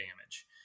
damage